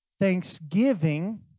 thanksgiving